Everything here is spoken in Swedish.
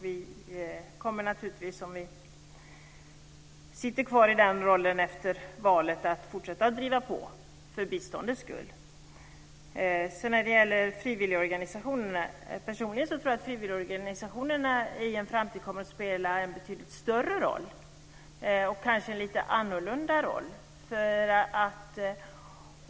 Vi kommer naturligtvis, om vi sitter kvar i samma roll efter valet, att fortsätta att driva på för biståndets skull. När det gäller frivilligorganisationerna tror jag personligen att de i en framtid kommer att spela en betydligt större roll, och kanske en lite annorlunda roll.